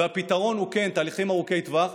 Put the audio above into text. והפתרון הוא כן תהליכים ארוכי טווח.